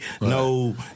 no